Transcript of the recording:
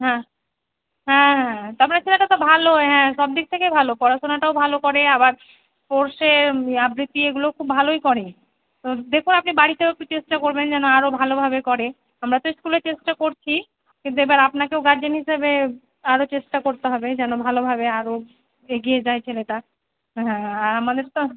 হ্যাঁ হ্যাঁ হ্যাঁ তো আপনার ছেলেটা তো ভালোই হ্যাঁ সব দিক থেকেই ভালো পড়াশোনাটাও ভালো করে আবার স্পোর্টসে আবৃতি এগুলো খুব ভালোই করে তো দেখুন আপনি বাড়িতেও একটু চেষ্টা করবেন যেন আরও ভালোভাবে করে আমরা তো স্কুলে চেষ্টা করছিই কিন্তু এবার আপনাকেও গার্জেন হিসেবে আরও চেষ্টা করতে হবে যেন ভালোভাবে আরও এগিয়ে যায় ছেলেটা হ্যাঁ হ্যাঁ আর আমাদের তো